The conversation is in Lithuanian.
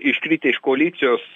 iškritę iš koalicijos